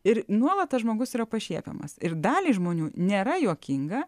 ir nuolat tas žmogus yra pašiepiamas ir daliai žmonių nėra juokinga